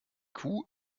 kuh